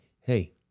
Hey